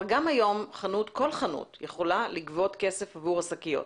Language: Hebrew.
גם היום כל חנות יכולה לגבות כסף עבור השקיות.